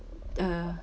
uh